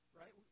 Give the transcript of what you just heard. right